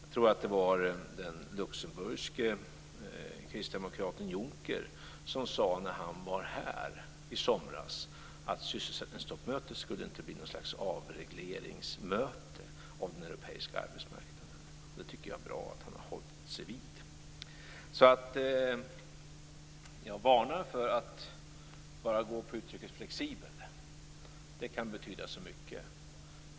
Jag tror att det var den luxemburgske kristdemokraten Juncker som när han var här i somras sade att sysselsättningstoppmötet inte skulle bli något slags avregleringsmöte om den europeiska arbetsmarknaden. Jag tycker att det är bra att han har hållit sig till det. Jag varnar för att bara gå på uttrycket flexibel. Det kan betyda så mycket.